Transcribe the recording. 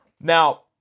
Now